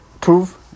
prove